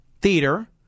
Theater